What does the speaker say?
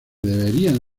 deberían